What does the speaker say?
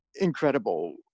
incredible